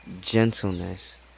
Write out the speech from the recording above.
gentleness